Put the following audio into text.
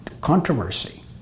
controversy